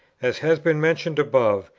as has been mentioned above,